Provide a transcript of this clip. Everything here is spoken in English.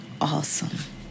awesome